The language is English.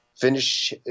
finish